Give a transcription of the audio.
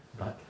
but